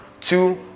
two